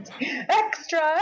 extra